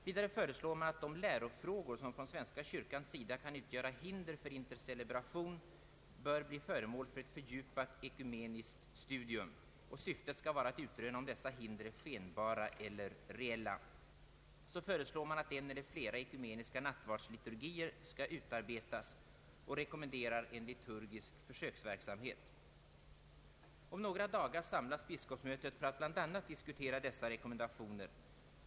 Vidare föreslår kommittén att de lärofrågor som från svenska kyrkans sida kan utgöra hinder för intercelebration bör bli föremål för ett fördjupat ekumeniskt studium. Syftet skall vara att utröna om dessa hinder är skenbara eller reella. Man föreslår också att en eller flera ekumeniska nattvardsliturgier bör utarbetas och rekommenderar en liturgisk försöksverksamhet. Om några dagar samlas biskopsmötet för att bl.a. diskutera dessa rekommendationer.